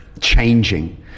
changing